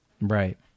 Right